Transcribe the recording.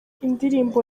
indirimbo